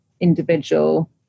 individual